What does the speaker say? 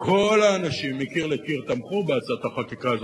ואני רוצה ללכת ולהשתפר מול המלחמה,